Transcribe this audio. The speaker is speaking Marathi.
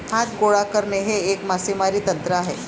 हात गोळा करणे हे एक मासेमारी तंत्र आहे